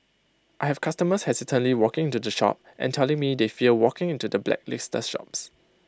I have customers hesitantly walking into the shop and telling me they fear walking into the blacklisted shops